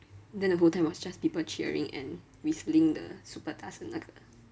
then the whole time was just people cheering and whistling the super 大声那个